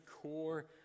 core